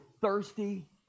thirsty